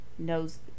knows